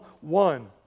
one